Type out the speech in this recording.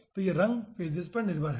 तो ये रंग फेजेज पर निर्भर हैं